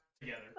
together